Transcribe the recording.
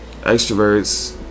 Extroverts